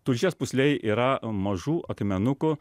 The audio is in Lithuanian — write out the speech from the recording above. tulžies pūslėj yra mažų akmenukų